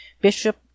Bishop